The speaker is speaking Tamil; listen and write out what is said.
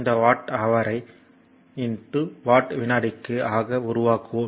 இந்த வாட் ஹவர்யை வாட் விநாடிக்கு ஆக உருவாக்குவோம்